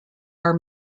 are